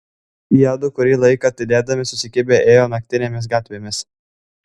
jiedu kurį laiką tylėdami susikibę ėjo naktinėmis gatvėmis